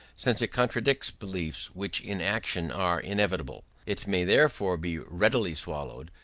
since it contradicts beliefs which in action are inevitable it may therefore be readily swallowed,